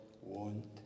want